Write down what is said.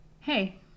Hey